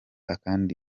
akandi